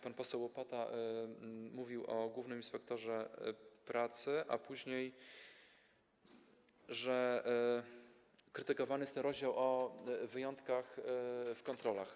Pan poseł Łopata mówił o głównym inspektorze pracy, a później o tym, że krytykowany jest ten rozdział o wyjątkach w kontrolach.